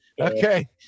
Okay